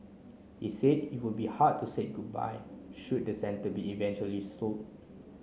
he said it would be hard to say goodbye should the centre be eventually sold